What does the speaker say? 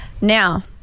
now